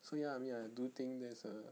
so ya I mean I do think there's err